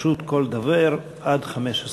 לרשות כל דובר עד 15 דקות.